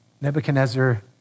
Nebuchadnezzar